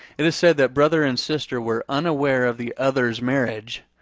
it is said that brother and sister were unaware of the other's marriage,